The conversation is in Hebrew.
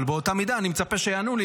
אבל באותה מידה אני מצפה שיענו לי,